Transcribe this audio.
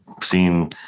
seen